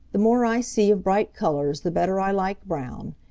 the more i see of bright colors the better i like brown.